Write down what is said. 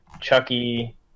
Chucky